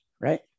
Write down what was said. right